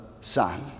Son